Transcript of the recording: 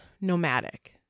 nomadic